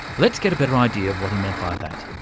let's get a better idea of what he meant by that.